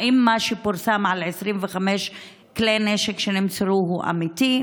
האם מה שפורסם, על 25 כלי נשק שנמסרו, הוא אמיתי?